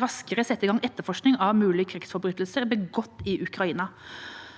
raskere sette i gang etterforskning av mulige krigsforbrytelser begått i Ukraina.